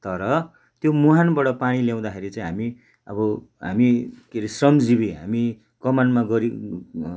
तर त्यो मुहानबाट पानी ल्याउँदाखेरि चाहिँ हामी अब हामी के अरे श्रमजिवी हामी कमानमा गरी